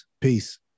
peace